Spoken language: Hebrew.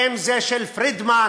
ואם זה של פרידמן,